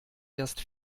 erst